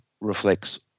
reflects